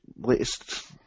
latest